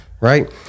right